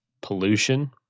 pollution